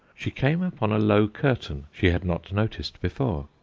she came upon a low curtain she had not noticed before,